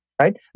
right